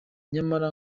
nyamara